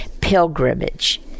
pilgrimage